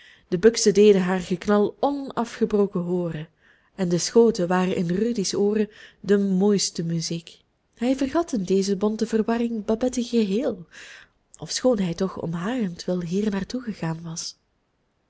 de buksen deden haar geknal onafgebroken hooren en de schoten waren in rudy's ooren de mooiste muziek hij vergat in deze bonte verwarring babette geheel ofschoon hij toch om harentwil hier naar toe gegaan was